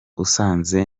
usanze